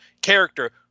character